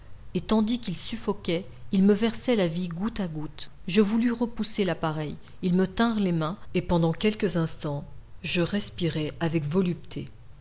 et tandis qu'ils suffoquaient ils me versaient la vie goutte à goutte je voulus repousser l'appareil ils me tinrent les mains et pendant quelques instants je respirai avec volupté